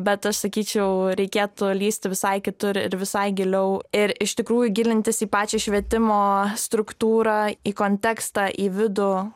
bet aš sakyčiau reikėtų lįsti visai kitur ir visai giliau ir iš tikrųjų gilintis į pačią švietimo struktūrą į kontekstą į vidų